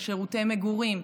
על שירותי מגורים,